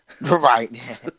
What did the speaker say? right